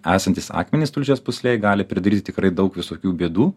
esantys akmenys tulžies pūslėje gali pridaryti tikrai daug visokių bėdų